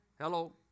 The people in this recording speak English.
Hello